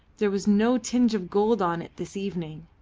there was no tinge of gold on it this evening,